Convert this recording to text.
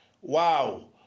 Wow